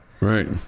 Right